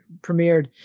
premiered